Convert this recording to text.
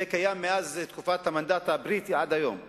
זה קיים מאז תקופת המנדט הבריטי עד היום,